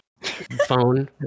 Phone